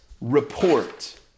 report